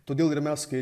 todėl ir mes kai